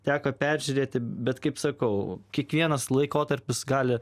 teko peržiūrėti bet kaip sakau kiekvienas laikotarpis gali